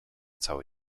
cały